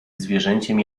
zwierzęciem